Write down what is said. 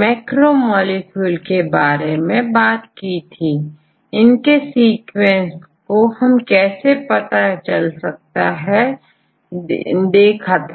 macromolecule के बारे में बात की थी इनके सीक्वेंस को हम कैसे पता चला कर सकते हैं देखा था